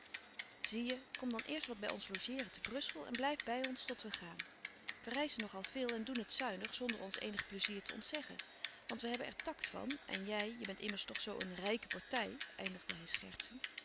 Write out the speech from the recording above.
zie je kom dan eerst wat bij ons logeeren te brussel en blijf bij ons tot we gaan we reizen nogal veel en doen het zuinig zonder ons eenig pleizier te ontzeggen want we hebben er tact van en jij je bent immers toch zoo een rijke partij eindigde hij schertsend